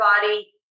body